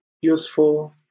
useful